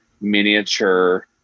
miniature